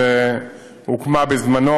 שהוקמה בזמנו,